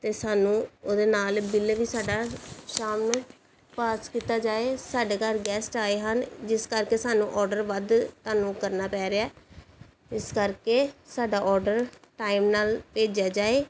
ਅਤੇ ਸਾਨੂੰ ਉਹਦੇ ਨਾਲ ਬਿੱਲ ਵੀ ਸਾਡਾ ਸ਼ਾਮ ਨੂੰ ਪਾਸ ਕੀਤਾ ਜਾਵੇ ਸਾਡੇ ਘਰ ਗੈਸਟ ਆਏ ਹਨ ਜਿਸ ਕਰਕੇ ਸਾਨੂੰ ਅੋਰਡਰ ਵੱਧ ਤੁਹਾਨੂੰ ਕਰਨਾ ਪੈ ਰਿਹਾ ਇਸ ਕਰਕੇ ਸਾਡਾ ਅੋਰਡਰ ਟਾਈਮ ਨਾਲ ਭੇਜਿਆ ਜਾਵੇ